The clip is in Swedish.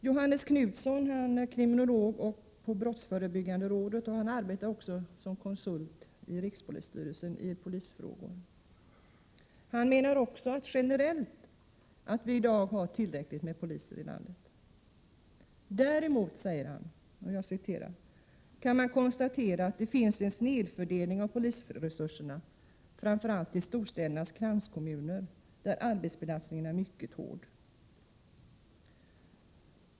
Johannes Knutsson, som är kriminolog vid brottsförebyggande rådet och även arbetar som konsult åt rikspolisstyrelsen i polisfrågor, menar att vi i dag, generellt, har tillräckligt med poliser i landet. Han framhåller samtidigt att man kan konstatera att det däremot finns en snedfördelning av polisresurserna, framför allt i storstädernas kranskommuner, där arbetsbelastningen är mycket hård.